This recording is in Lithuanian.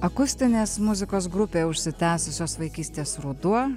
akustinės muzikos grupė užsitęsusios vaikystės ruduo